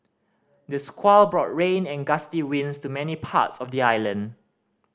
the squall brought rain and gusty winds to many parts of the island